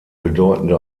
bedeutende